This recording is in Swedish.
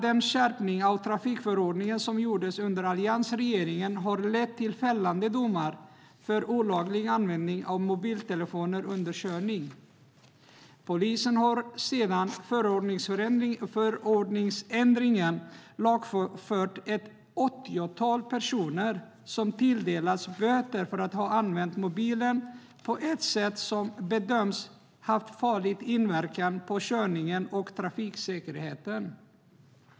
Den skärpning av trafikförordningen som gjordes under alliansregeringen har lett till fällande domar för olaglig användning av mobiltelefoner under körning. Polisen har sedan förordningsändringen lagfört ett åttiotal personer, som tilldelats böter för att ha använt mobilen på ett sätt som bedömts ha haft farlig inverkan på körningen och trafiksäkerheten.